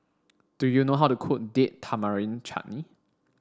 do you know how to cook Date Tamarind Chutney